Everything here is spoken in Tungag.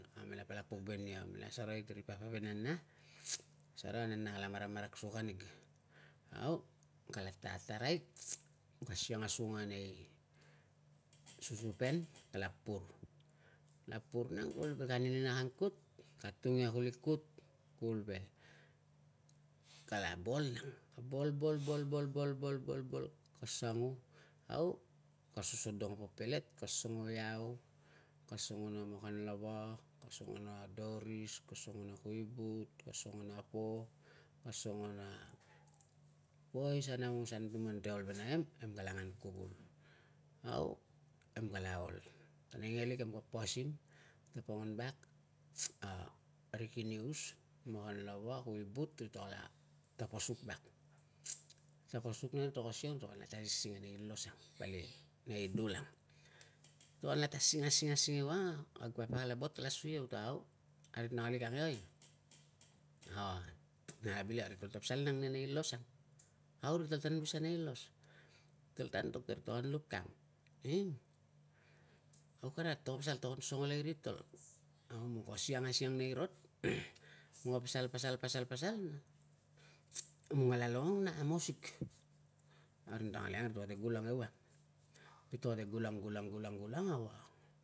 Namela palak pok ve nia, namela serei siri papa ve nana. Na sarai a nana kala maramarak suak anig. Au, kala ta tarai, ka asiang a sunga nei susupen, kala pur. Kala pur nang kuvul ve ka anini na wan kut, ka atung ia kuli kut kuvul ve kala bol nang. Bol, bol, bol, bol, bol, bol, bol, bol, sangu, au ka soso dong na pelet. Au ka songo iau, ka songo na makanlava, ka songo na doris, ka songo na kuibut, ka songo na po, ka songo aungos na poisan aungos a anutuman ang kite ol ve namem. Nem kala angan kuvul, au nemkala ol. Taneingelik nemka pasim, tapangin vak, a ri kinius, ri makanlava, kuibut ritol kala tapasuk vang. Tapasuk nang, toka siang tol anla aising nei los ang, vali nei dul ang. Tol anla aising, aising, aising ewang a kag papa ka buat, ka la sui iau ta, au a ri nat lik ang eoi? naka bile, ritol ta la pasal ane nei los nang. Au ritol tan gus sa nei los? Tol ta antok ta tol an luk kang. Ing? Au kanat, tarung pasal tarung an songo le iritol. Au nemlong siang asiang nei rot mong ka pasal, pasal, pasal, pasal, nemlong ala longong, nala musik. Tol nang, ritol tala gulang ewang. Kitol ta gulang, gulang, gulang, au a